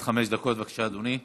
עד חמש דקות בבקשה, אדוני.